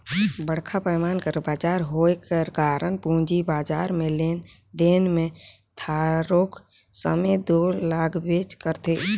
बड़खा पैमान कर बजार होए कर कारन पूंजी बजार में लेन देन में थारोक समे दो लागबेच करथे